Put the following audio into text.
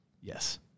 yes